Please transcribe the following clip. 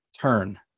turn